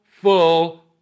full